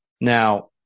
Now